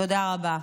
תודה רבה.